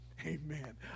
Amen